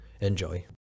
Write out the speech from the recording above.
Enjoy